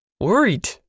Worried